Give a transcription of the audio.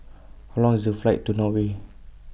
How Long IS The Flight to Norway